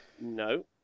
No